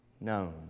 known